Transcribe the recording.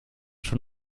schon